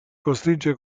costringe